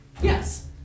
Yes